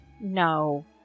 no